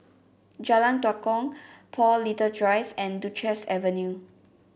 Jalan Tua Kong Paul Little Drive and Duchess Avenue